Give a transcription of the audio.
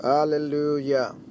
Hallelujah